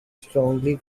strongly